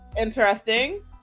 interesting